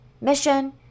mission